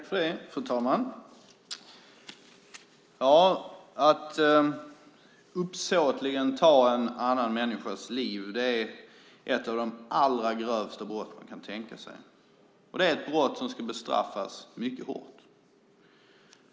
Fru talman! Att uppsåtligen ta en annan människas liv är ett av de allra grövsta brott som man kan tänka sig. Det är ett brott som ska bestraffas mycket hårt.